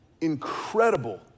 incredible